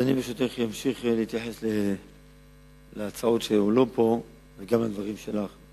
אני אמשיך להתייחס להצעות שהועלו פה וגם לדברים שלך.